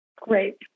Great